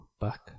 back